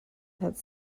that